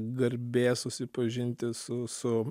garbė susipažinti su su